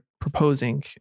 proposing